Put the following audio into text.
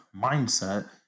mindset